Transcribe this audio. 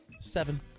Seven